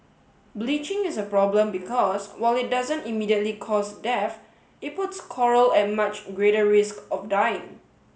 bleaching is a problem because while it doesn't immediately cause death it puts coral at much greater risk of dying